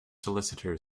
solicitor